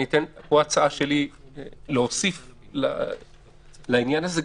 אני אתן הצעה שלי להוסיף לעניין הזה.